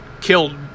killed